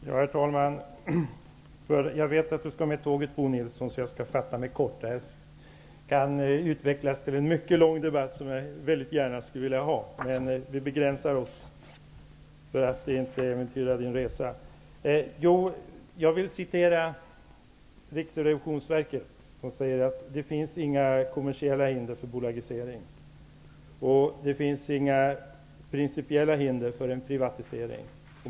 Herr talman! Jag vet att Bo Nilsson skall med tåget, så jag skall fatta mig kort. Det här kan utvecklas till en mycket lång debatt som jag mycket gärna skulle vilja föra men jag skall begränsa mig för att inte äventyra Bo Nilssons resa. Jag vill citera Riksrevisionsverket, som säger att det inte finns några kommersiella hinder för en bolagisering och att det inte finns några principiella hinder för en privatisering.